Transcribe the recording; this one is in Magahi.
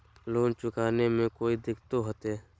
लोन चुकाने में कोई दिक्कतों होते?